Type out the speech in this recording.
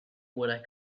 what